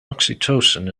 oxytocin